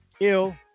ill